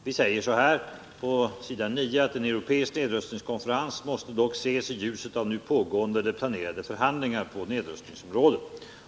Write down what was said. Vi säger på s. 9: ”En europeisk nedrustningskonferens måste dock ses i ljuset av nu pågående eller planerade förhandlingar på nedrustningsområdet.